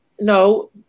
No